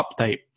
update